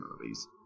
movies